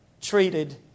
treated